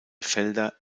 felder